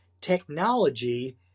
technology